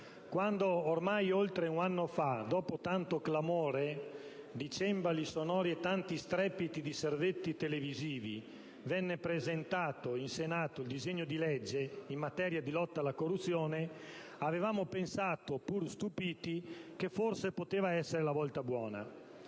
quando ormai oltre un anno fa, dopo tanto clamore di cembali sonori e tanti strepiti di servetti televisivi, venne presentato in Senato il disegno di legge in materia di lotta alla corruzione, avevamo pensato - pur stupiti - che forse poteva essere la volta buona.